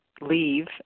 leave